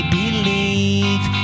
believe